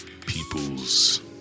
people's